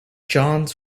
johns